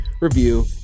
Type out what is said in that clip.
review